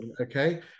Okay